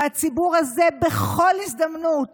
והציבור הזה בכל הזדמנות